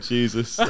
Jesus